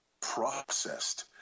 processed